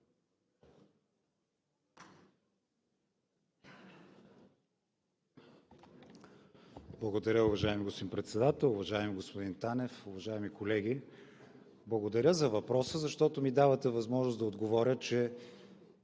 Благодаря, уважаеми господин Председател! Уважаеми господин Танев, уважаеми колеги! Благодаря за въпроса, защото ми давате възможност да отговаря, че